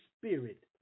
Spirit